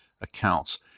accounts